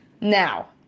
now